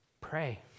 Pray